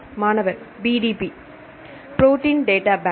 மாணவர் PDB protein data bank